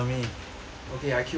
okay I killed one guy